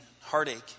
heartache